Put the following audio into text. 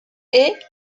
est